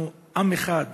אנחנו עם אחד,